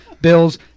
Bills